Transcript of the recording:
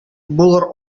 булыр